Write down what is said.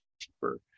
cheaper